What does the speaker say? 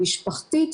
משפחתית,